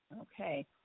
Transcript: Okay